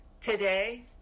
Today